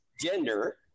gender